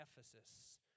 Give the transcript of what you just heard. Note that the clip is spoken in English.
Ephesus